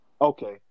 Okay